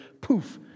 poof